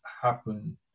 happen